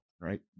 right